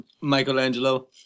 Michelangelo